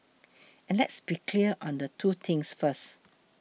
and let's be clear on two things first